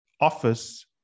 office